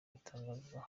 bitangazwa